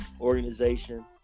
Organization